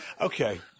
Okay